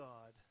God